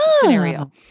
scenario